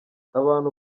abantu